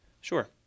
Sure